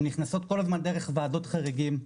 הן נכנסות כל הזמן דרך ועדות חריגים,